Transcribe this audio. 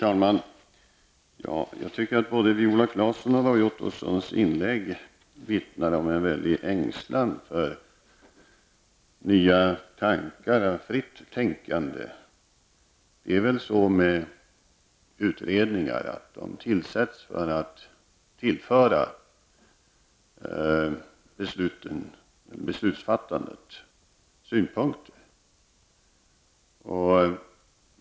Herr talman! Jag tycker att Viola Claessons och Roy Ottossons inlägg vittnar om en stor ängslan för nya tankar och fritt tänkande. Utredningar tillsätts väl för att tillföra beslutsfattandet synpunkter?